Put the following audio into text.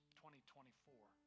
2024